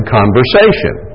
conversation